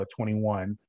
21